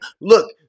Look